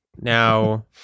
Now